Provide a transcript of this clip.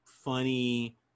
funny